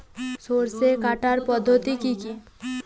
সরষে কাটার পদ্ধতি কি?